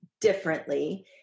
differently